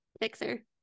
fixer